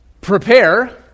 Prepare